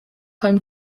home